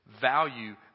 value